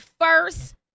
first